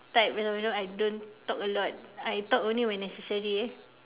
type you know I don't talk a lot I talk only when necessary eh